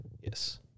yes